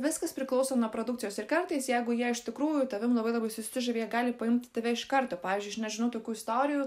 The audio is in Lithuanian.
viskas priklauso nuo produkcijos ir kartais jeigu jie iš tikrųjų tavim labai labai susižavi jie gali paimt tave iš karto pavyzdžiui aš nežinau tokių istorijų